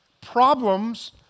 Problems